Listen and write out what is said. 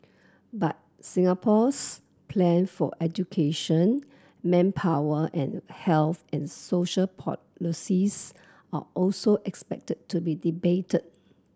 but Singapore's plan for education manpower and health and social policies are also expected to be debated